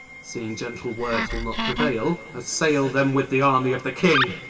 seeing gentle words will not preuayle, assaile them with the army of the king